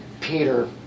Peter